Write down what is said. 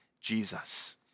Jesus